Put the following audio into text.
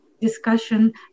discussion